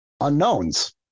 unknowns